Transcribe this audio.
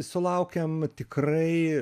sulaukiam tikrai